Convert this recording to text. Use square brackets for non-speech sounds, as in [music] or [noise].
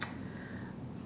[noise]